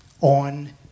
on